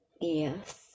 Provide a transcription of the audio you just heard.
Yes